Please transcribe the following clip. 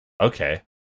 Okay